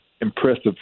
impressive